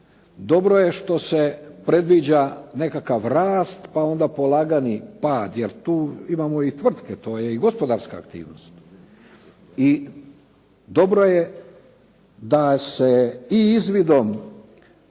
Dobro je što se predviđa nekakav rast pa onda polagani pad, jer tu imamo i tvrtke, to je i gospodarska aktivnost. I dobro je da se i izvidom